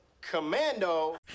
commando